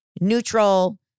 neutral